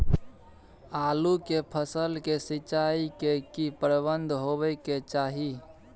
आलू के फसल के सिंचाई के की प्रबंध होबय के चाही?